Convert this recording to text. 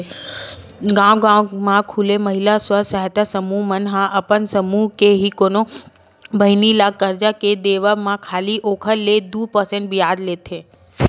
गांव गांव म खूले महिला स्व सहायता समूह मन ह अपन समूह के ही कोनो बहिनी ल करजा के देवब म खाली ओखर ले दू परसेंट बियाज लेथे